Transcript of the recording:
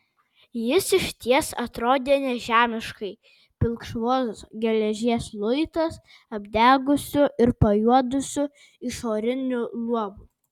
jis išties atrodė nežemiškai pilkšvos geležies luitas apdegusiu ir pajuodusiu išoriniu luobu